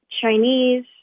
Chinese